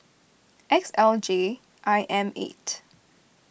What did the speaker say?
X L J I M eight